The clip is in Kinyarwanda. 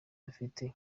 dufite